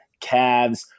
Cavs